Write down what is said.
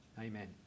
Amen